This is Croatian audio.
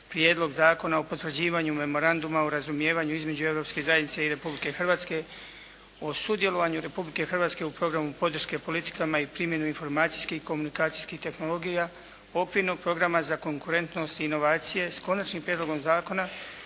Prijedlog zakona o potvrđivanju Memoranduma o razumijevanju između Europske zajednice i Republike Hrvatske o sudjelovanju Republike Hrvatske u programu podrške politikama i primjenu informacijskih i komunikacijskih tehnologija Okvirnog programa za konkurentnost i inovacije s konačnim prijedlogom zakona